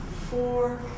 Four